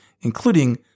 including